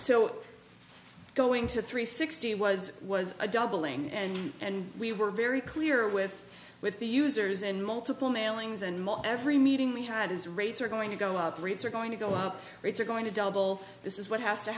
so going to three sixty was was a doubling and and we were very clear with with the users and multiple mailings and most every meeting we had is rates are going to go up rates are going to go up rates are going to double this is what has to